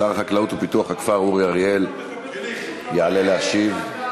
שר החקלאות ופיתוח הכפר אורי אריאל יעלה להשיב.